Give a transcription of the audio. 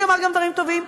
אני אומר גם דברים טובים,